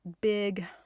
big